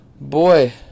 boy